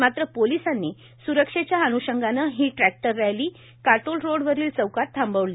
मात्र पोलिसांनी सुरक्षेच्या अन्षंगाने ही टँक्टर रॅली काटोल रोड वरील चौकात थांबविण्यात आली